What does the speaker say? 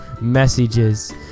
Messages